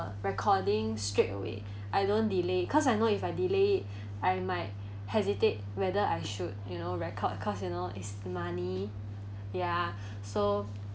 the recording straight away I don't delay cause I know if I delay it I might hesitate whether I should you know record cause you know it's money ya so